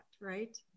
right